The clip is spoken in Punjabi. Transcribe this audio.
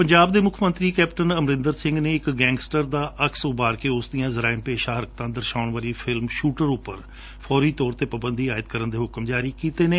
ਪੰਜਾਬ ਦੇ ਮੁੱਖ ਮੰਤਰੀ ਕੈਪਟਨ ਅਮਰਿੰਦਰ ਸਿੰਘ ਨੇ ਇਕ ਗੈਂਗਸਟਰ ਦਾ ਅਕਸ ਉਭਾਰ ਕੇ ਉਸ ਦੀਆਂ ਜਰਾਇਮ ਪੇਸ਼ਾ ਹਰਕਤਾਂ ਦਰਸਾਉਣ ਵਾਲੀ ਇਕ ਫਿਲਮ 'ਸੂਟਰ ਉਂਪਰ ਫੋਰੀ ਤੌਰ ਤੇ ਪਾਬੰਦੀ ਆਏਦ ਕਰਣ ਦੇ ਹੁਕਮ ਜਾਰੀ ਕੀਤੇ ਨੇ